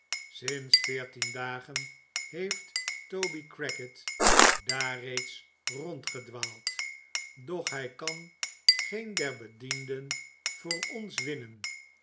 sinds veertien dagen heeft toby crackit daar reeds rondgedwaald doch hij kan geen der bedienden voor ons winnen